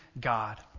God